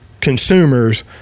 consumers